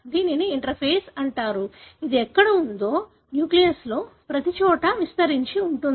దీనిని ఇంటర్ఫేస్ అంటారు ఇది ఎక్కడ ఉందో న్న్యూక్లియస్ లో ప్రతిచోటా విస్తరించి ఉంటుంది